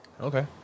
Okay